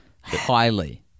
Highly